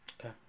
Okay